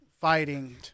fighting